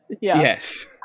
Yes